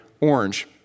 orange